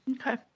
Okay